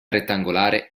rettangolare